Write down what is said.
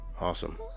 Awesome